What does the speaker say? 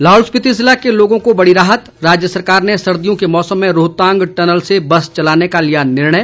लाहौल स्पिति जिले के लोगों को बड़ी राहत राज्य सरकार ने सर्दियों के मौसम में रोहतांग टनल से बस चलाने का लिया निर्णय